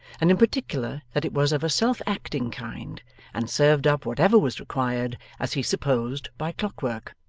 and in particular that it was of a self-acting kind and served up whatever was required, as he supposed by clock-work.